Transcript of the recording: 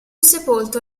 sepolto